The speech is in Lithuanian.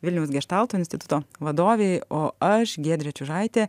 vilniaus geštalto instituto vadovei o aš giedrė čiužaitė